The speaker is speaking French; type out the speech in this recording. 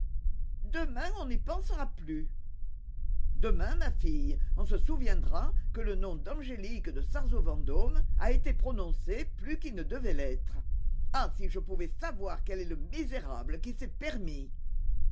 demain on n'y pensera plus demain ma fille on se souviendra que le nom d'angélique de sarzeau vendôme a été prononcé plus qu'il ne devait l'être ah si je pouvais savoir quel est le misérable qui s'est permis